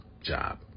job